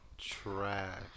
Trash